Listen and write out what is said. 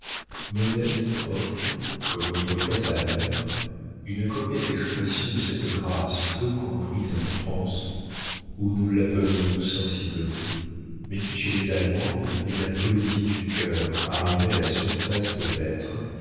modeste offre comme autrefois sa mère une coquette expression de cette grâce peu comprise en france où nous l'appelons sensiblerie mais qui chez les allemandes est la poésie du cœur arrivée à la surface de l'être